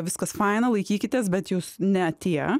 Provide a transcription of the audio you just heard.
viskas faina laikykitės bet jūs ne tie